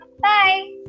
Bye